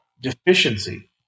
deficiency